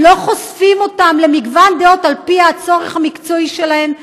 לא חושפים אותם למגוון דעות על פי הצורך המקצועי שלהם,